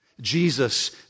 Jesus